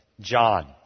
John